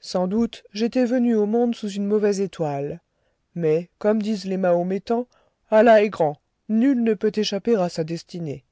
sans doute j'étais venu au monde sous une mauvaise étoile mais comme disent les mahométans allah est grand nul ne peut échapper à sa destinée